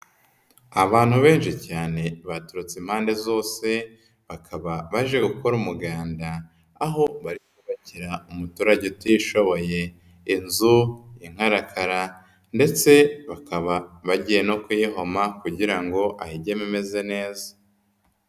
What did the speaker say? Abantu benshi cyane baturutse impande zose, bakaba baje gukora umuganda, aho bari kubakira umuturage utishoboye, inzu y'inkarakara ndetse bakaba bagiye no kuyihoma kugira ngo ayigemo imeze neza.